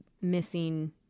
missing